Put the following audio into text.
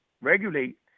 regulate